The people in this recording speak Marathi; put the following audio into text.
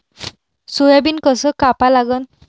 सोयाबीन कस कापा लागन?